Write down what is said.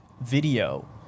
video